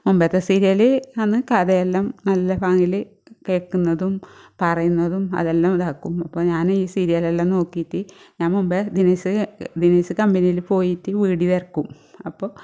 മുമ്പത്തെ സീരിയല് അന്ന് കഥയെല്ലാം നല്ല പാങ്ങില് കേൾക്കുന്നതും പറയുന്നതും അതെല്ലാം ഇതാക്കും അപ്പം ഞാൻ ഈ സീരിയലെല്ലാം നോക്കീട്ട് ഞാൻ മുമ്പെ ദിനേശ് ദിനേശ് കമ്പനിയിൽ പോയിട്ട് ബീഡി തെറുക്കും അപ്പോൾ